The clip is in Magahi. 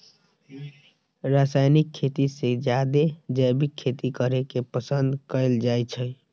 रासायनिक खेती से जादे जैविक खेती करे के पसंद कएल जाई छई